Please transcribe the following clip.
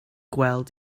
gweld